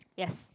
yes